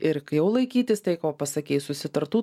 ir kai jau laikytis tai ko pasakei susitartų